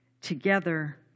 Together